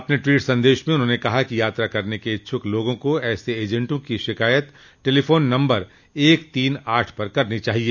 अपने ट्वीट संदेशों में उन्होंने कहा कि यात्रा करने के इच्छुक लोगों को ऐसे एजेन्टों की शिकायत टेलीफोन नम्बर एक तीन आठ पर करनी चाहिए